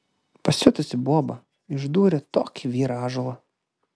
pasiutusi boba išdūrė tokį vyrą ąžuolą